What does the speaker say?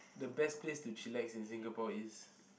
the best place to chillax in Singapore is